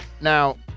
now